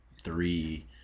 three